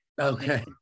Okay